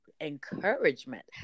encouragement